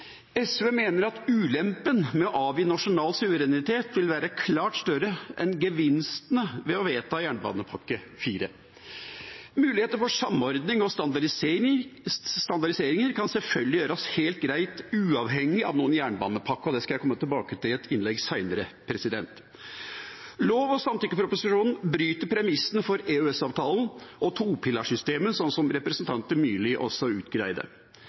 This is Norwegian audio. SV mener at ulempen ved å avgi nasjonal suverenitet vil være klart større enn gevinstene ved å vedta jernbanepakke IV. Samordning og standardiseringer kan selvfølgelig gjøres helt greit uavhengig av noen jernbanepakke. Det skal jeg komme tilbake til i et senere innlegg. Lov- og samtykkeproposisjonen bryter premissene for EØS-avtalen og topilarsystemet, slik representanten Myrli også